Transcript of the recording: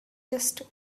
just